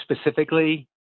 specifically